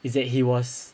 it's that he was